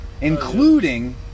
Including